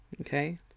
okay